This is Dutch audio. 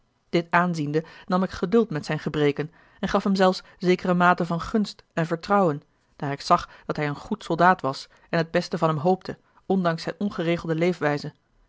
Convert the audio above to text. dit aanziende nam ik geduld met zijne gebreken en gaf hem zelfs zekere mate van gunst en vertrouwen daar ik zag dat hij een goed soldaat was en het beste van hem hoopte ondanks zijne ongeregelde leefwijze